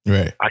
Right